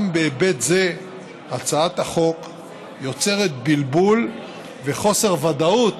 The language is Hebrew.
גם בהיבט זה הצעת החוק יוצרת בלבול וחוסר ודאות